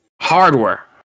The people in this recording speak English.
hardware